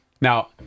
Now